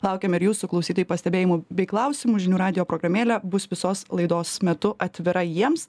laukiame ir jūsų klausytojų pastebėjimų bei klausimų žinių radijo programėlė bus visos laidos metu atvira jiems